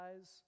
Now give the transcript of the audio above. eyes